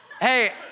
Hey